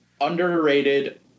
underrated